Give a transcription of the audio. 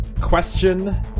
Question